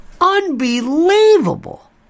Unbelievable